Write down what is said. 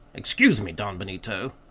excuse me, don benito,